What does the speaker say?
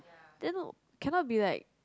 then cannot be like